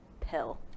pill